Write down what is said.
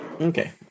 Okay